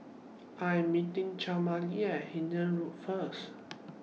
I Am meeting Camila At Hindhede Road First